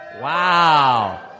Wow